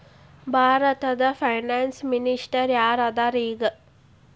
ಭಾರತದ finance minister ಯಾರ್ ಅದರ ಈಗ?